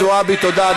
חברת הכנסת זועבי, תודה.